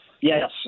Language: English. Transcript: Yes